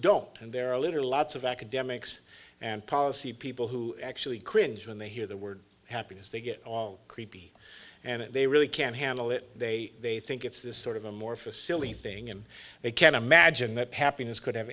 don't and there are literally lots of academics and policy people who actually cringe when they hear the word happiness they get all creepy and they really can't handle it they they think it's this sort of amorphous silly thing and they can't imagine that happiness could have